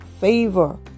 favor